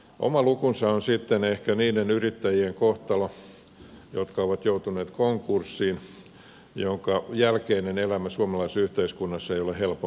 oma lukunsa on sitten ehkä niiden yrittäjien kohtalo jotka ovat joutuneet konkurssiin jonka jälkeinen elämä suomalaisessa yhteiskunnassa ei ole helpoimpia ollenkaan